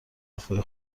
وفای